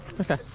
Okay